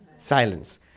Silence